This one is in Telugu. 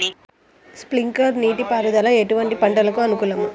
స్ప్రింక్లర్ నీటిపారుదల ఎటువంటి పంటలకు అనుకూలము?